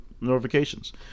notifications